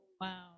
wow